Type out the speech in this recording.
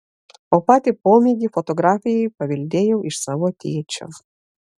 o patį pomėgį fotografijai paveldėjau iš savo tėčio